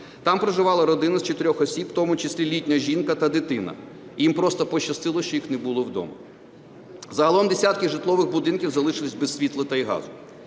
там проживала родина з чотирьох осіб, в тому числі літня жінка та дитина. Їм просто пощастило, що їх не було вдома. Загалом десятки житлових будинків залишилося без світла та газу.